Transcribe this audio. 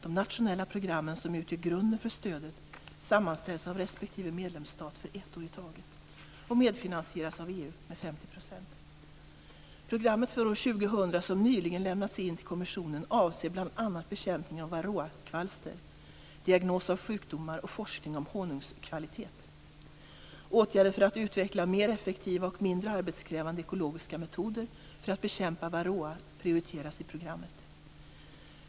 De nationella programmen, som utgör grunden för stödet, sammanställs av respektive medlemsstat för ett år i taget och medfinansieras av EU med 50 %. Programmet för år 2000, som nyligen lämnats in till kommissionen, avser bl.a. bekämpning av varroakvalster, diagnos av sjukdomar och forskning om honungskvalitet. Åtgärder för att utveckla mer effektiva och mindre arbetskrävande ekologiska metoder för att bekämpa varroa prioriteras i programmet.